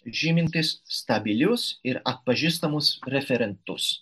žymintys stabilius ir atpažįstamus referentus